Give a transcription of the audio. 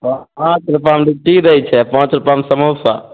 पाँच रुपयामे लिट्टी दै छै पाँच रुपयामे समोसा